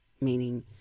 meaning